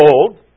old